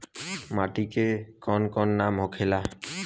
माटी के कौन कौन नाम होखे ला?